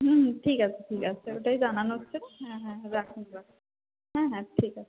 হুম ঠিক আছে ঠিক আছে ওটাই জানানোর ছিলো হ্যাঁ হ্যাঁ রাখুন রাখুন হ্যাঁ হ্যাঁ ঠিক আছে